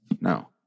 No